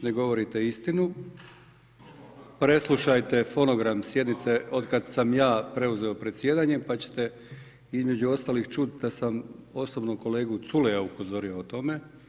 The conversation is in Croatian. Ne govorite istinu, preslušajte fonogram sjednice od kad sam ja preuzeo predsjedanje pa ćete između ostalih čut, da sam osobno kolegu Culeja upozorio o tome.